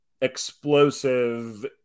explosive